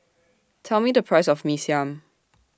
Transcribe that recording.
Tell Me The Price of Mee Siam